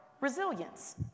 resilience